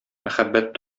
мәхәббәт